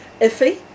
iffy